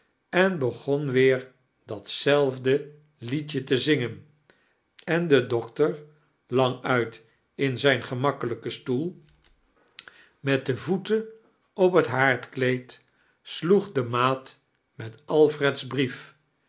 en begon weer dat zelfde liedje te zingen en de doktar languit in zijn gremakkelijken stoel met kerstvert ellingen de voeten op het haardkleed sloeg de maat met alfred's brief